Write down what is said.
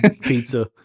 pizza